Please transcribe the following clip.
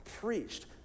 preached